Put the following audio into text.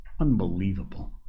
Unbelievable